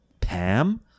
Pam